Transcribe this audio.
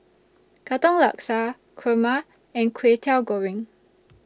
Katong Laksa Kurma and Kway Teow Goreng